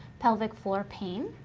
pelvic floor pain,